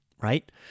right